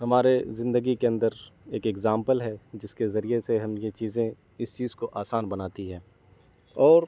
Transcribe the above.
ہمارے زندگی کے اندر ایک ایگزامپل ہے جس کے ذریعے سے ہم یہ چیزیں اس چیز کو آسان بناتی ہے اور